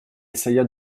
essaya